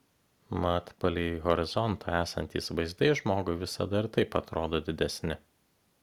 mat palei horizontą esantys vaizdai žmogui visada ir taip atrodo didesni